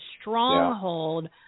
stronghold